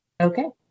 Okay